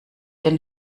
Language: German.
denn